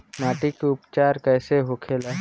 माटी के उपचार कैसे होखे ला?